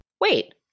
Wait